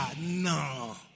No